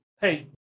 Hey